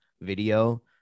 video